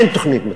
אין תוכנית מתאר.